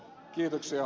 kiitoksia